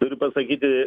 turiu pasakyti